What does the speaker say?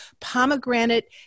Pomegranate